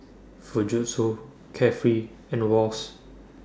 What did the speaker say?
Fujitsu Carefree and Wall's